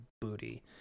booty